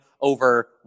over